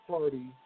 Party